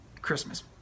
Christmas